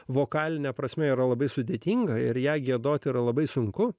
vokaline prasme yra labai sudėtinga ir ją giedoti yra labai sunku